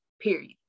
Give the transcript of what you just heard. period